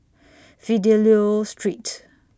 Fidelio Street